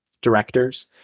directors